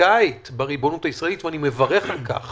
תכניות גדולות של צמיחה והכפלה והמדינה תיתן פוש לשלב